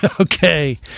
okay